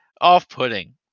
off-putting